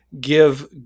give